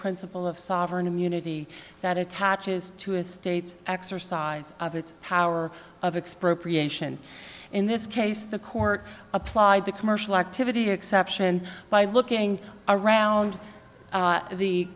principle of sovereign immunity that attaches to a state's exercise of its power of expropriation in this case the court applied the commercial activity exception by looking around